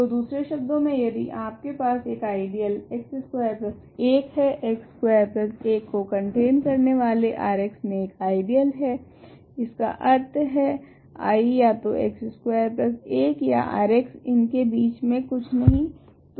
तो दूसरे शब्दो मे यदि आपके पास एक आइडियल x स्कवेर 1 है x स्कवेर 1 को कंटेन करने वाले R x मे एक आइडियल I है इसका अर्थ है I या तो x स्कवेर 1 या R x इनके बीच में कुछ नहीं